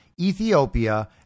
Ethiopia